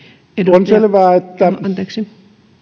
on selvää